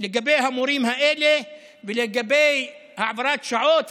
לגבי המורים האלה ולגבי העברת שעות,